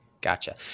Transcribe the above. Gotcha